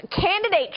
candidate